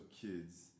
kids